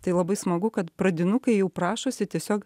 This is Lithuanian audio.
tai labai smagu kad pradinukai jau prašosi tiesiog